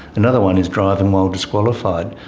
another one is driving while disqualified.